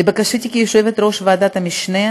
לבקשתי כיושבת-ראש ועדת המשנה,